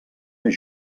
més